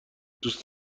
دوست